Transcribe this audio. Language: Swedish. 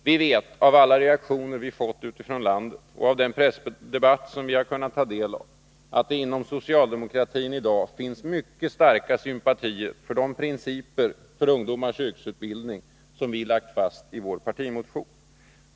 Vi vet av alla reaktioner som vi har fått utifrån landet och av den pressdebatt som vi har kunnat ta del av att det inom socialdemokratin i dag finns mycket starka sympatier för de principer för ungdomars yrkesutbildning som vi lagt fast i vår partimotion.